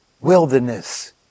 wilderness